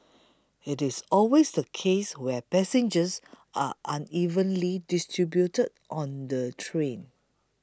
it is always the case where passengers are unevenly distributed on the train